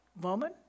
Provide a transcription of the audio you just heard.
woman